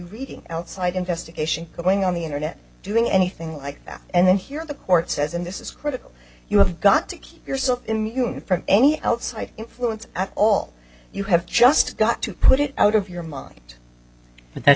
reading outside investigation going on the internet doing anything like that and then here the court says and this is critical you have got to keep yourself immune from any outside influence at all you have just got to put it out of your mind but that's